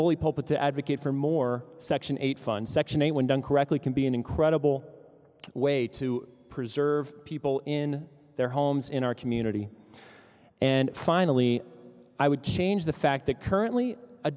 bully pulpit to advocate for more section eight funds section eight when done correctly can be an incredible way to preserve people in their homes in our community and finally i would change the fact that currently a